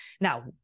Now